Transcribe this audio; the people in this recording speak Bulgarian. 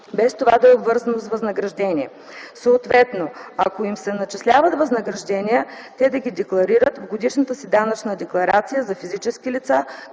без това да е обвързано с възнаграждение. Съответно, ако им се начисляват възнаграждения, те да ги декларират в годишната си данъчна декларация за физически лица